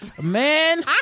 Man